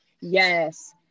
Yes